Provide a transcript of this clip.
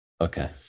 Okay